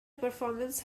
performance